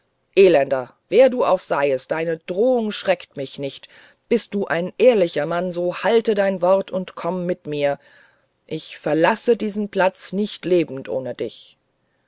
elender wer du auch seist deine drohung schreckt mich nicht bist du ein ehrlicher mann so halte dein wort und komm mit mir ich verlasse diesen platz nicht lebend ohne dich